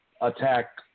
attack